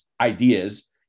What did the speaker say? ideas